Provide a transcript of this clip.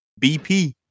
bp